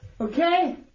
Okay